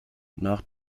nach